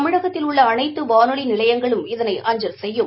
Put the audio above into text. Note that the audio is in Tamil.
தமிழகத்தில் உள்ள அனைத்து வானொலி நிலையங்களும் இதனை அஞ்சல் செய்யும்